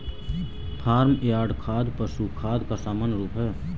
farm yard खाद पशु खाद का सामान्य रूप है